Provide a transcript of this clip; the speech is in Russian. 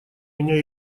меня